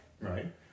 Right